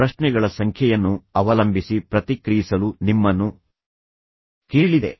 ಪ್ರಶ್ನೆಗಳ ಸಂಖ್ಯೆಯನ್ನು ಅವಲಂಬಿಸಿ ಪ್ರತಿಕ್ರಿಯಿಸಲು ನಿಮ್ಮನ್ನು ಕೇಳಿದೆ